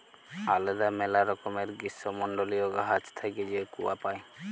আলেদা ম্যালা রকমের গীষ্মমল্ডলীয় গাহাচ থ্যাইকে যে কূয়া পাই